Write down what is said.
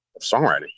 songwriting